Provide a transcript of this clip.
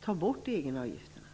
Ta bort egenavgifterna!